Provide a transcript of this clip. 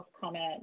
comment